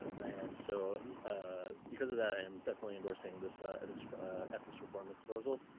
and so because of that, i am definitely endorsing this ethics ethics reform a proposal.